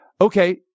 okay